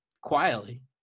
quietly